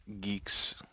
geek's